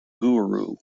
guru